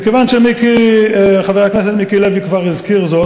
וכיוון שחבר הכנסת מיקי לוי כבר הזכיר זאת,